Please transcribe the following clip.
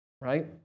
right